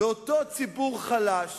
אותו ציבור חלש